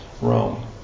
Rome